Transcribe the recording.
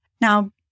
now